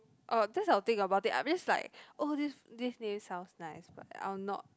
orh that's I'll think about I'm just like oh this this name sounds nice but I'll not